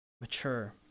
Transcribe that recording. Mature